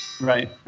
Right